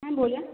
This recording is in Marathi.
हां बोला